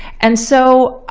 and so